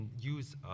use